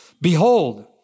Behold